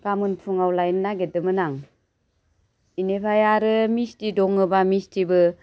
गाबोन फुङाव लायनो नागिरदोंमोन आं बेनिफ्राय आरो मिस्टी दङबा मिस्टीबो